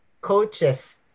coaches